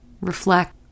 reflect